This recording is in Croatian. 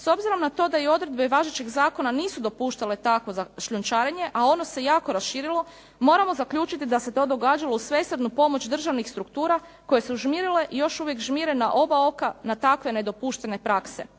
S obzirom na to da i odredbe važećeg zakona nisu dopuštale takvo šljunčarenje, a ono se jako raširilo moramo zaključiti da se to događalo u svesrdnu pomoć državnih struktura koje su žmirile i još uvijek žmire na oba oka na takve nedopuštene prakse.